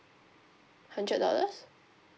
hundred dollars